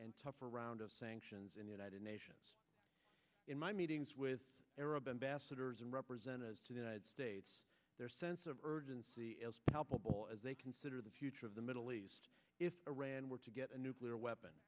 and tougher round of sanctions and united nations in my meetings with arab embassadors and representatives to the united states their sense of urgency is palpable as they consider the future of the middle east if iran were to get a nuclear weapon